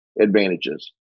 advantages